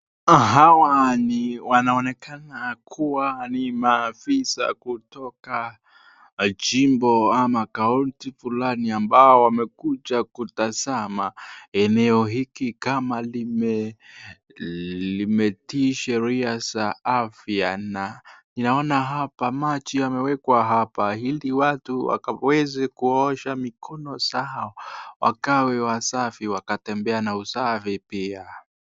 Hawa wanaonekana kuwa ni maafisa kutoka jimbo ama kaunti fulani ambao wamekuja kutazama eneo hiki kama limeti sheria za afya na ninaona hapa maji yamewekwa hapa ili watu wakaweze kuosha mikono zao wakawe wasafi wakatembea na usafi pia.